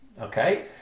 Okay